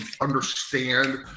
understand